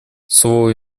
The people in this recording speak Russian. слово